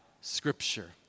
Scripture